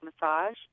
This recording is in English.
massage